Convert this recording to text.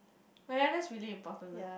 oh ya that's really important ah